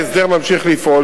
ההסדר ממשיך לפעול,